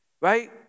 Right